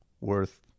worth